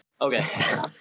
Okay